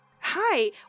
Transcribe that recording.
Hi